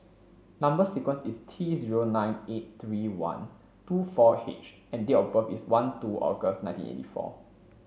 number sequence is T zero nine eight three one two four H and date of birth is one two August nineteen eighty four